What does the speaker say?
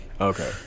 okay